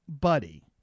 buddy